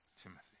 Timothy